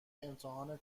امتحان